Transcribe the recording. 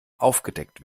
aufgedeckt